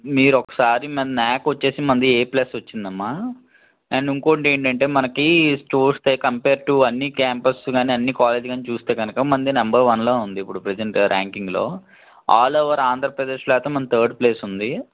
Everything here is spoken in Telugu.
మీరు ఒకసారి మన నాకు వచ్చేసి మనది ఏ ప్లస్ వచ్చిందమ్మ అండ్ ఇంకోటి ఏంటంటే మనకి చూస్తే కంపేర్ టూ అన్ని క్యాంపస్ గానీ అన్ని కాలేజెస్ చూస్తే కనుక మనది నెంబర్ వన్లో ఉంది ఇప్పుడు ప్రజెంట్ ర్యాంకింగ్లో అల్ ఓవర్ ఆంధ్రప్రదేశ్లో అయితే మనది తర్డ్ ప్లేస్ ఉంది